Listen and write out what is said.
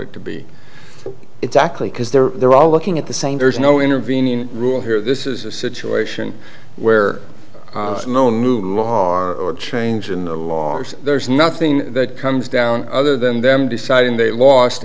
it to be exactly because they're they're all looking at the same there's no intervening rule here this is a situation where no move or change in the law there's nothing that comes down other than them deciding they lost